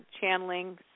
channeling